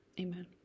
amen